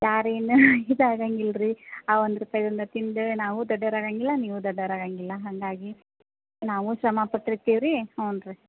ಯಾರು ಏನು ಇದಾಗಂಗೆ ಇಲ್ಲ ರೀ ಆ ಒಂದು ರೂಪಾಯನ್ನು ತಿಂದು ನಾವೂ ದೊಡ್ಡವರಾಗಂಗಿಲ್ಲ ನೀವೂ ದೊಡ್ಡವರಾಗಂಗಿಲ್ಲ ಹಾಗಾಗಿ ನಾವೂ ಶ್ರಮ ಪಟ್ಟಿರ್ತೀವಿ ರೀ ಹ್ಞೂನ್ ರೀ